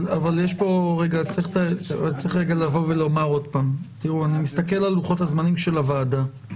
אבל צריך לומר שוב שאני מסתכל על לוחות הזמנים של הוועדה.